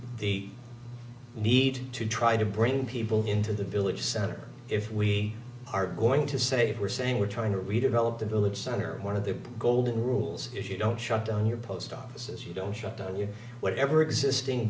the need to try to bring people into the village center if we are going to say we're saying we're trying to redevelop the village center and one of the golden rules if you don't shut down your post offices you don't shocked you whatever existing